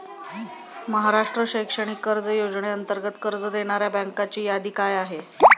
महाराष्ट्र शैक्षणिक कर्ज योजनेअंतर्गत कर्ज देणाऱ्या बँकांची यादी काय आहे?